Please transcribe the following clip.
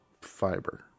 Fiber